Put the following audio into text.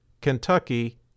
Kentucky